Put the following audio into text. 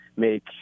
Make